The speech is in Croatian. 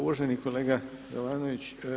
Uvaženi kolega Jovanović.